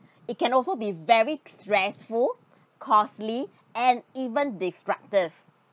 it can also be very stressful costly and even disrupted